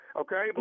okay